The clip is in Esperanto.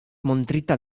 montrita